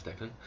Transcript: Declan